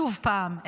עוד פעם,